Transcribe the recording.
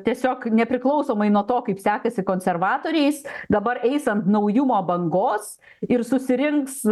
tiesiog nepriklausomai nuo to kaip sekasi konservatoriais dabar eis ant naujumo bangos ir susirinks